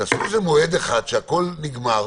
תעשו מועד אחד שהכול נגמר,